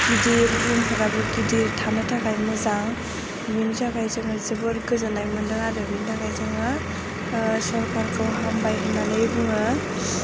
गिदिर रुमफोराबो गिदिर थानो थाखाय मोजां बेनि थाखाय जोङो जोबोद गोजोननाय मोनदों आरो बेनिथाखाय जोङो सरकारखौ हामबाय होननानै बुङो